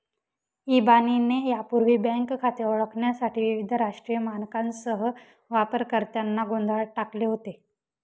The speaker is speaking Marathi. इबानीने यापूर्वी बँक खाते ओळखण्यासाठी विविध राष्ट्रीय मानकांसह वापरकर्त्यांना गोंधळात टाकले होते